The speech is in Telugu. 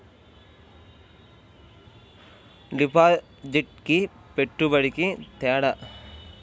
డిపాజిట్కి పెట్టుబడికి తేడా?